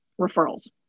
referrals